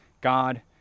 God